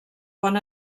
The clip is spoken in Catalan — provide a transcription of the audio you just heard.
bon